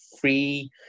free